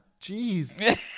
Jeez